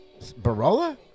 Barola